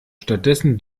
stattdessen